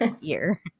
year